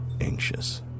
anxious